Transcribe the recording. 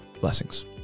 blessings